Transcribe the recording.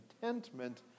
contentment